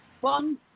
one